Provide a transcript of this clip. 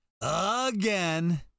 again